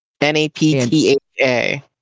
N-A-P-T-H-A